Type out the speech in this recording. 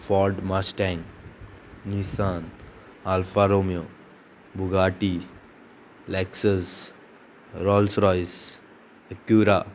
fault मास्टँ नि Alfa Romeo Bugatti लॅक्स रॉल्स रॉयसुरा